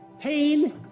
pain